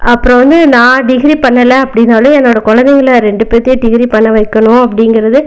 அப்புறம் வந்து நான் டிகிரி பண்ணல அப்படினால என்னோடய குழந்தைங்கள ரெண்டு பேத்தையும் டிகிரி பண்ண வைக்கணும் அப்படிங்கறது